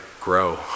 grow